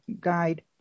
guide